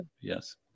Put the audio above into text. Yes